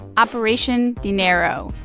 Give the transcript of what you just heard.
operation dinero.